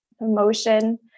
emotion